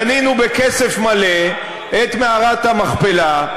קנינו בכסף מלא את מערת המכפלה.